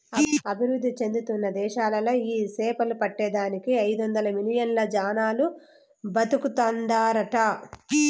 అభివృద్ధి చెందుతున్న దేశాలలో ఈ సేపలు పట్టే దానికి ఐదొందలు మిలియన్లు జనాలు బతుకుతాండారట